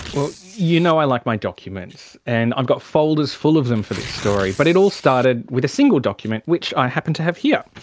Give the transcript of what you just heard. well, you know i like my documents, and i've got folders full of them for this story, but it all started with a single document, which i happen to have here.